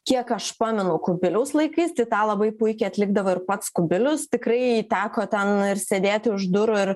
kiek aš pamenu kubiliaus laikais tą labai puikiai atlikdavo ir pats kubilius tikrai teko ten ir sėdėti už durų ir